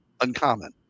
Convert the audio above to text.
uncommon